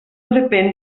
depèn